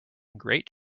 great